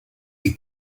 est